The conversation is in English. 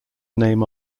name